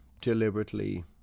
deliberately